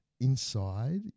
inside